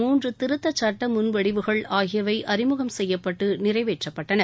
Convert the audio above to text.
மூன்று திருத்தச் சட்ட முன் வடிவுகள் ஆகியவை அறிமுகம் செய்யப்பட்டு நிறைவேற்றப்பட்டன